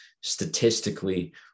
statistically